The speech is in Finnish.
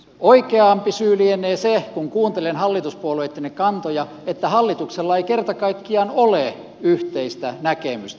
oikeampi syy lienee se kun kuuntelen hallituspuolueittenne kantoja että hallituksella ei kerta kaikkiaan ole yhteistä näkemystä